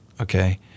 okay